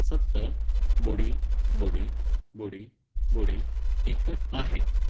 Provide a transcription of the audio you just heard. सत ॿुड़ी ॿुड़ी ॿुड़ी ॿुड़ी हिकु आहे